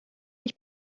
mich